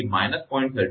32 તેથી −0